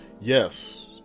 Yes